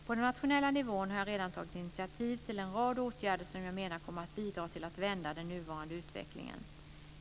På den nationella nivån har jag redan tagit initiativ till en rad åtgärder som jag menar kommer att bidra till att vända den nuvarande utvecklingen.